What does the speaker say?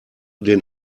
den